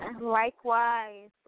Likewise